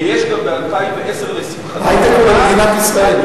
ויש גם ב-2010, לשמחתי, ההיי-טק הוא במדינת ישראל.